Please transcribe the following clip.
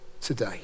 today